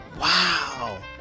wow